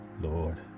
Lord